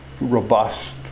robust